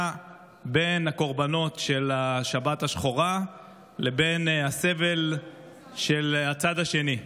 בין הקורבנות של השבת השחורה לבין הסבל של הצד השני.